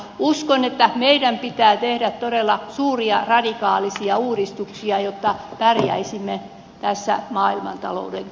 uskon että meidän pitää tehdä todella suuria radikaalisia uudistuksia jotta pärjäisimme tässä maailmantalouden